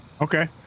Okay